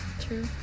true